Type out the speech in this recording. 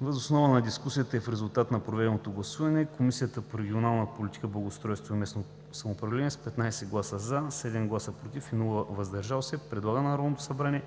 Въз основа на дискусията и в резултат на проведеното гласуване Комисията по регионална политика, благоустройство и местно самоуправление с 15 гласа „за”, 7 гласа „против” и без „въздържали се” предлага на Народното събрание